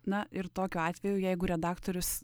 na ir tokiu atveju jeigu redaktorius